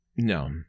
No